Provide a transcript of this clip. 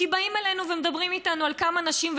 כי באים אלינו ומדברים איתנו על כמה נשים.